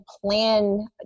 plan